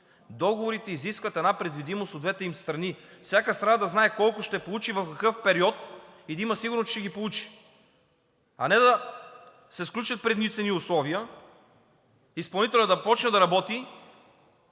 Договорите изискват предвидимост от двете им страни – всяка страна да знае колко ще получи, в какъв период и да има сигурност, че ще ги получи. А не да се сключат при едни цени и условия, изпълнителят да започне да работи